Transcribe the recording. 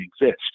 exist